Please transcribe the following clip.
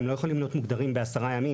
הם לא יכולים להיות מוגדרים כ-10 ימים.